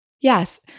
Yes